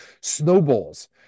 Snowballs